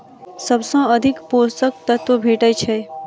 सबसँ अधिक पोसक तत्व भेटय छै?